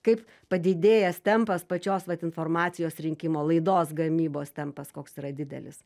kaip padidėjęs tempas pačios vat informacijos rinkimo laidos gamybos tempas koks yra didelis